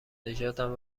نژادم